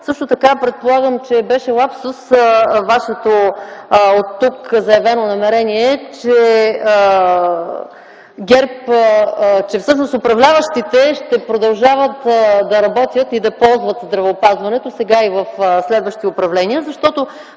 посока. Предполагам, че беше лапсус Вашето заявено оттук намерение, че ГЕРБ, всъщност управляващите, ще продължават да работят и да ползват здравеопазването сега и в следващи управления, защото